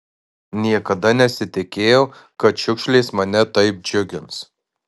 niekada nesitikėjau kad šiukšlės mane taip džiugins